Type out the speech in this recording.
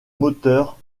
moteur